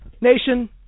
Nation